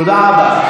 תודה רבה.